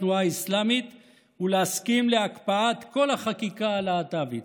התנועה האסלאמית ולהסכים להקפאת כל החקיקה הלהט"בית.